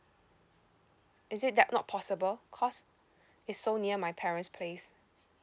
is it that not possible cause it's so near my parent's place